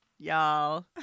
Y'all